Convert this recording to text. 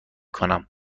کنم